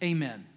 Amen